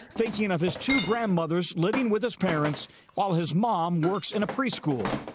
thinking of his two grandmothers living with his parents while his mom works in a preschool.